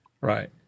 Right